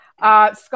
Scott